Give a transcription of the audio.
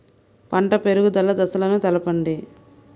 పంట పెరుగుదల దశలను తెలపండి?